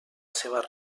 seva